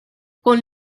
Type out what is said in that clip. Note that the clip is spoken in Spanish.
con